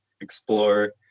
explore